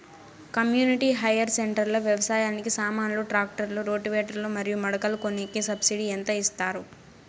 community hire centre లో వ్యవసాయానికి సామాన్లు ట్రాక్టర్లు రోటివేటర్ లు మరియు మడకలు కొనేకి సబ్సిడి ఎంత ఇస్తారు